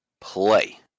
play